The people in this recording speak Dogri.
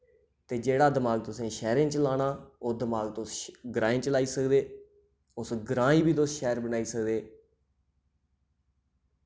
ते जेह्ड़ा दमाक तुसें शैह्रें च लाना ओह् दमाक तुस ग्राएं च लाई सकदे उस ग्रां ही बी तुस शैह्र बनाई सकदे